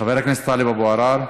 חבר הכנסת טלב אבו עראר,